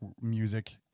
music